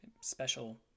special